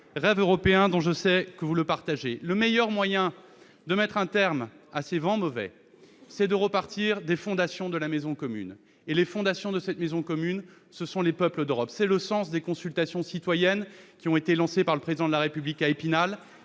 rêve européen que, je le sais, vous partagez. Le meilleur moyen de mettre un terme à ces vents mauvais est de repartir des fondations de la maison commune. Or les fondations de la maison commune, ce sont les peuples d'Europe ! C'est le sens des consultations citoyennes lancées par le Président de la République à Épinal.